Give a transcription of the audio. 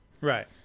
right